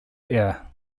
heir